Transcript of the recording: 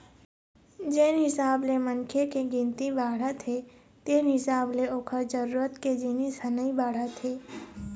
जेन हिसाब ले मनखे के गिनती बाढ़त हे तेन हिसाब ले ओखर जरूरत के जिनिस ह नइ बाढ़त हे